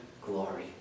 glory